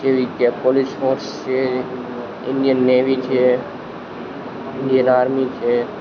જેવી કે police force છે ઈન્ડીયન નેવી છે ઈન્ડીયન આર્મી છે